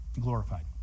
glorified